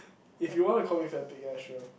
if you want to call me fat pig ya sure